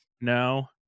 No